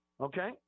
okay